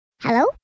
Hello